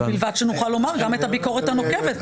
ובלבד שנוכל לומר גם את הביקורת הנוקבת.